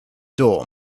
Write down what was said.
door